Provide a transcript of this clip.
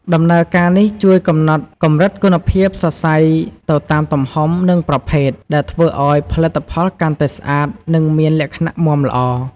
ដំណើរការនេះជួយកំណត់កម្រិតគុណភាពសរសៃសទៅតាមទំហំ និងប្រភេទ ដែលធ្វើឱ្យផលិតផលកាន់តែស្អាត និងមានលក្ខណៈមាំល្អ។